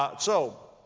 ah so,